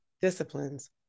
disciplines